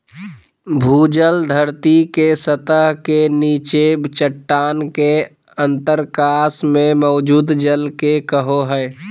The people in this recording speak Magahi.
भूजल धरती के सतह के नीचे चट्टान के अंतरकाश में मौजूद जल के कहो हइ